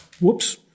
whoops